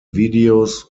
videos